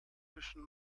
zwischen